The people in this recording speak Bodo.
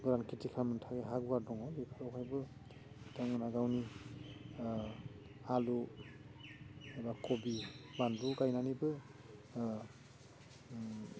गुवार खिथि खालामनो हा गुवार दङ बेफोरहायबो बिथांमोनहा गावनि आलु एबा कभि बानलु गायनानैबो